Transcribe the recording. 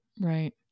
Right